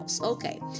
Okay